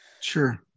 Sure